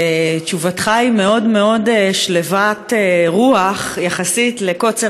תשובתך היא מאוד מאוד שלוות-רוח יחסית לקוצר